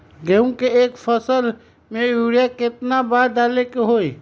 गेंहू के एक फसल में यूरिया केतना बार डाले के होई?